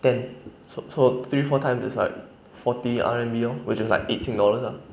then so so three four times is like fourty R_M_B lor which is like eight sing dollars